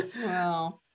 Wow